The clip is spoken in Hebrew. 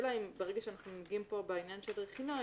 השאלה אם ברגע שנוגעים בעניין של רכינוע,